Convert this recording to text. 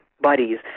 buddies